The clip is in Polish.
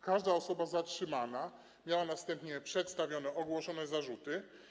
Każda osoba zatrzymana miała następnie przedstawione, ogłoszone zarzuty.